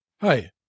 hi